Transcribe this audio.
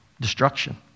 destruction